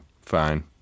fine